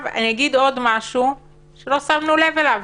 אני אגיד עוד משהו שלא שמנו לב אליו,